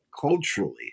culturally